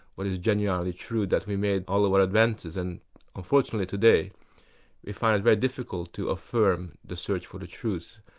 what is genuinely true that we made all of our advances. and unfortunately today we find it very difficult to affirm the search for the truth.